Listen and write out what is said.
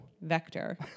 Vector